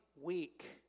week